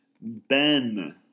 Ben